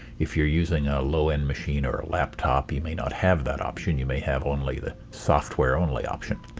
if you're using a low-end machine or laptop you may not have that option you may have only the software-only option.